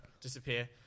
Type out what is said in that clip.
Disappear